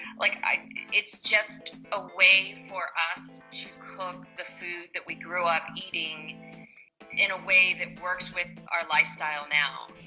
like it's just a way for us to cook the food that we grew up eating in a way that works with our lifestyle now.